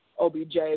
OBJ